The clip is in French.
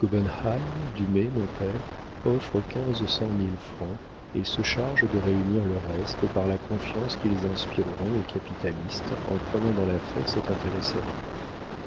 mon père offrent quinze cent mille francs et se chargent de réunir le reste par la confiance qu'ils inspireront aux capitalistes en prenant dans l'affaire cet intérêt sérieux